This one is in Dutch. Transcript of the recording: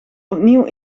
opnieuw